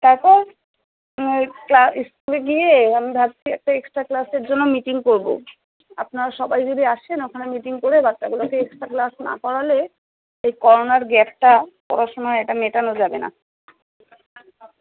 তারপর ক্লা স্কুলে গিয়ে আমি ভাবছি একটা এক্সট্রা ক্লাসের জন্য মিটিং করবো আপনারা সবাই যদি আসেন ওখানে মিটিং করে বাচ্চাগুলোকে এক্সট্রা ক্লাস না করালে এই করোনার গ্যাপটা পড়াশোনার এটা মেটানো যাবে না